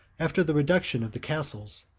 after the reduction of the castles,